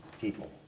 people